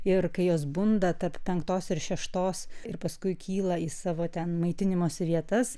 ir kai jos bunda tarp penktos ir šeštos ir paskui kyla į savo ten maitinimosi vietas